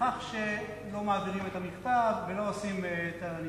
לכך שלא מעבירים את המכתב ולא עושים את הנדרש?